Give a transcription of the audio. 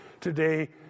today